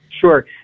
Sure